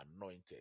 anointed